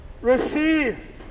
receive